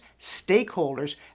stakeholders